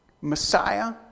Messiah